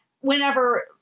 Whenever